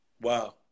Wow